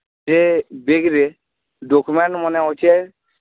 ସେ ବେଗ୍ରେ ଡକ୍ୟୁମେଣ୍ଟ୍ ମାନେ ଅଛେ